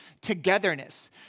togetherness